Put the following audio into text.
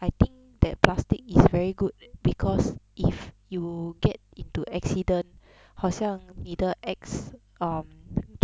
I think that plastic is very good because if you get into accident 好像你的 ex um